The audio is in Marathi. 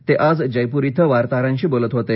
ते आज जयपूर इथं वार्ताहरांशी बोलत होते